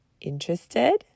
Interested